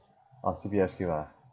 orh C_P_F scheme ah